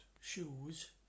shoes